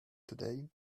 today